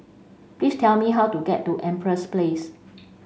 please tell me how to get to Empress Place